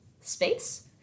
space